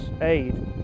aid